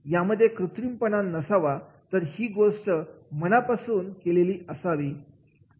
यामध्ये कृत्रिमपणा नसावा तर ही गोष्ट मनापासून केलेली असावी